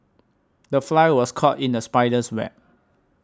the fly was caught in the spider's web